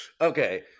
Okay